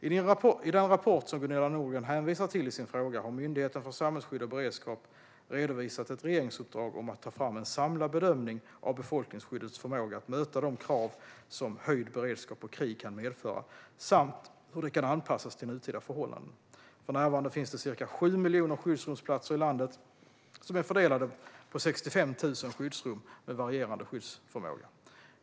I den rapport som Gunilla Nordgren hänvisar till i sin fråga har Myndigheten för samhällsskydd och beredskap redovisat ett regeringsuppdrag om att ta fram en samlad bedömning av befolkningsskyddets förmåga att möta de krav som höjd beredskap och krig kan medföra samt hur det kan anpassas till nutida förhållanden. För närvarande finns det ca 7 miljoner skyddsrumsplatser i landet, som är fördelade på 65 000 skyddsrum med varierande skyddsförmåga.